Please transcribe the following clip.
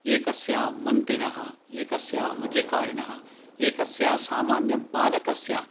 एकस्य मन्त्रिणः एकस्य अधिकारिणः एकस्य सामान्यबालकस्य